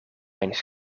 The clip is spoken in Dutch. eens